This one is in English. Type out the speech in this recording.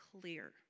clear